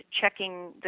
checking